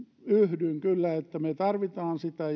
yhdyn kyllä että me tarvitsemme sitä